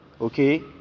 okay